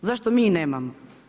Zašto mi nemamo?